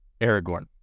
Aragorn